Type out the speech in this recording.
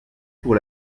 pour